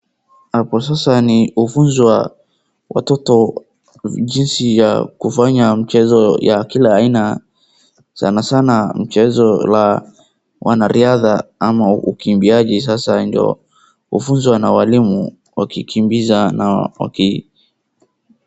Hapo sasa ni kufunza watoto jinsi ya kufanya mchezo wa kila aina, sanasana mchezo wa wanariadha ama ukimbiaji sasa ndio hufunzwa na walimu wakikimbiza na waki.